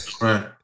Right